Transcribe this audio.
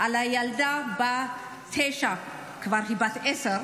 על הילדה בת התשע, היא כבר בת עשר,